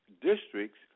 districts